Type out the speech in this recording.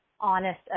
honest